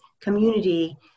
community